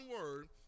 word